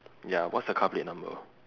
ya what's the car plate number